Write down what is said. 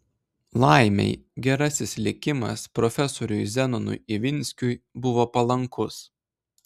laimei gerasis likimas profesoriui zenonui ivinskiui buvo palankus